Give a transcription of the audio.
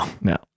No